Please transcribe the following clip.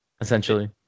Essentially